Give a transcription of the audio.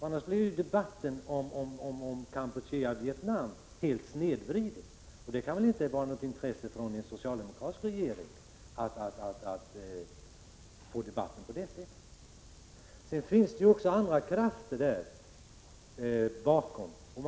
Annars blir debatten om Kampuchea och Vietnam helt snedvriden, och det kan inte vara något intresse för en socialdemokratisk regering att få en sådan debatt. Det finns även andra faktorer bakom det hela.